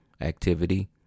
activity